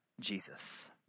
Jesus